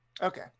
Okay